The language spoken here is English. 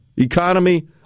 Economy